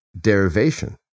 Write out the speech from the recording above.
derivation